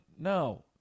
No